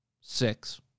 Six